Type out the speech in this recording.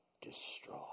Destroy